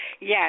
Yes